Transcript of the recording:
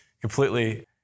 completely